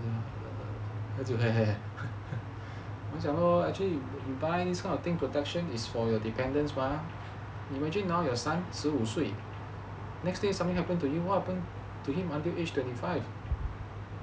then he actually you buy this kind of thing protection is for your dependents mah imagine now your son 十五岁 next day something happen to you what happen to him until age twenty five